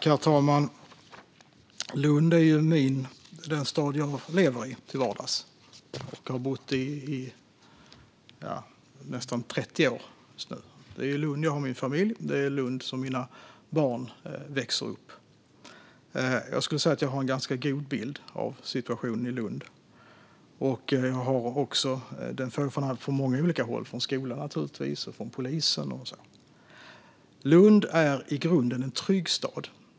Herr talman! Lund är den stad jag lever i till vardags. Jag har bott nästan 30 år i Lund. Det är i Lund jag har min familj, och det i Lund som mina barn växer upp. Jag menar att jag har en god bild av situationen i Lund från många olika håll - skolan och polisen och så vidare. Lund är i grunden en trygg stad.